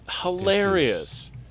Hilarious